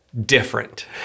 Different